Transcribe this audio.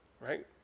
Right